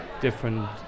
different